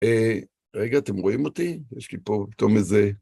רגע, אתם רואים אותי? יש לי פה פתאום איזה...